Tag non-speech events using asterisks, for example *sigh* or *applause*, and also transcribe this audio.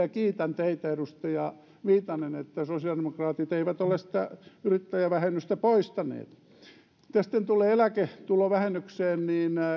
*unintelligible* ja kiitän teitä edustaja viitanen että sosiaalidemokraatit eivät ole sitä yrittäjävähennystä poistaneet mitä sitten tulee eläketulovähennykseen niin